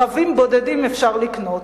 ערבים בודדים אפשר לקנות,